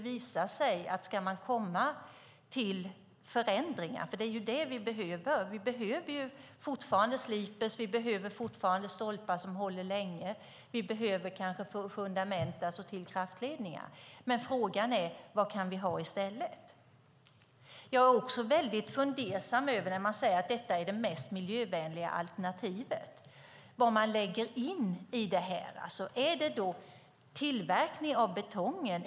Vi behöver fortfarande sliprar, stolpar som håller länge och fundament till kraftledningar. Men frågan är vad vi kan ha i stället. Jag är också mycket fundersam över att man säger att detta är det mest miljövänliga alternativet. Vad lägger man in i det? Är det tillverkningen av betongen?